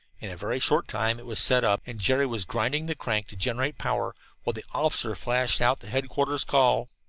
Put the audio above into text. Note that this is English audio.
in a very short time it was set up, and jerry was grinding the crank to generate power while the officer flashed out the headquarters call.